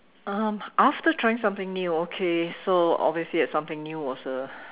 um after trying something new okay so obviously that something new was a